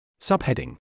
Subheading